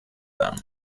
them